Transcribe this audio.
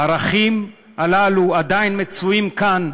הערכים הללו עדיין מצויים כאן,